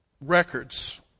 records